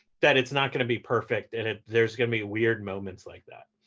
that it's not going to be perfect, and ah there's going to be weird moments like that.